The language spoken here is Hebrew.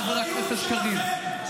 חבר הכנסת קריב.